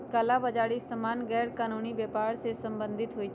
कला बजारि सामान्य गैरकानूनी व्यापर से सम्बंधित होइ छइ